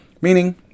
meaning